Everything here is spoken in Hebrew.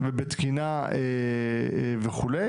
בתקינה וכו',